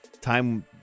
time